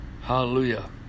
Hallelujah